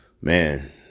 man